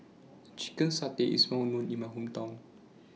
Chicken Satay IS Well known in My Hometown